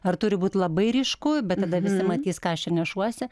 ar turi būt labai ryšku bet tada visi matys ką aš čia nešuosi